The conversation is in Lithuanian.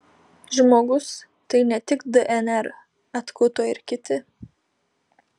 žmogus tai ne tik dnr atkuto ir kiti